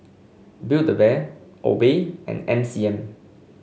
Build A Bear Obey and M C M